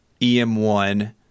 EM1